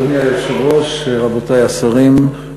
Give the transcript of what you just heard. אדוני היושב-ראש, רבותי השרים,